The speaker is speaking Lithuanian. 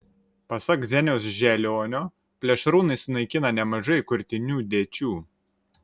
pasak zeniaus želionio plėšrūnai sunaikina nemažai kurtinių dėčių